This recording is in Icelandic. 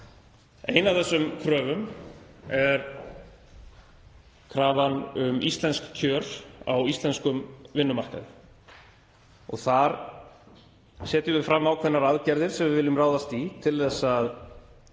Ein af þessum kröfum er krafan um íslensk kjör á íslenskum vinnumarkaði. Þar setjum við fram ákveðnar aðgerðir sem við viljum ráðast í til að